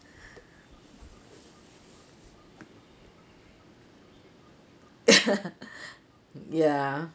ya